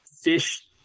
fish